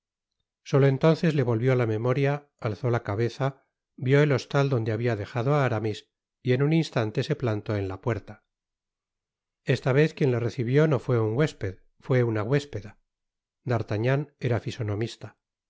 solo entonces le volvió la memoria alzó la cabeza vió el hostal donde habia dejado á aramis y en un instante se plantó en la puerta esta vez quien le recibió no fué un huésped fué una huéspeda d'artagnan era fisonomista